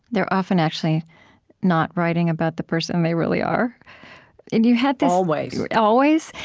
they're often actually not writing about the person they really are. and you had this always always?